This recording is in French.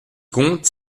compte